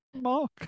mark